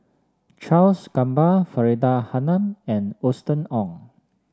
Charles Gamba Faridah Hanum and Austen Ong